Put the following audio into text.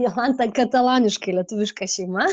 jolanta kataloniškai lietuviška šeima